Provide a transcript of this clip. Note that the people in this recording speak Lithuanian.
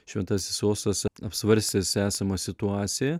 šventasis sostas apsvarstęs esamą situaciją